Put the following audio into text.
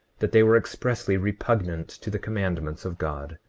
that they were expressly repugnant to the commandments of god.